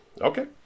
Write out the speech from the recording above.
Okay